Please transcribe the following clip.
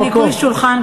זה יום של ניקוי שולחן,